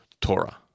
Torah